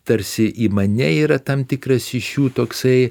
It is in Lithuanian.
tarsi į mane yra tam tikras iš jų toksai